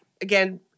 again